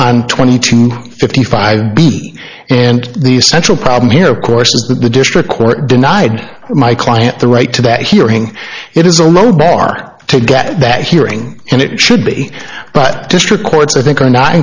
on twenty to fifty five and the central problem here of course is that the district court denied my client the right to that hearing it is a low bar to get that hearing and it should be but district court